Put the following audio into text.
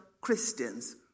Christians